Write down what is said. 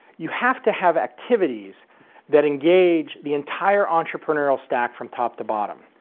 you have to have activities that engage the entire entrepreneurial stack from top to bottom,